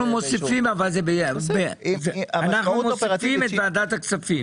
אנחנו מוסיפים את ועדת הכספים.